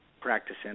practicing